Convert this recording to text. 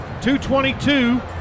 2.22